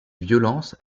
violences